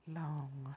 long